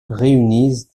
réunissent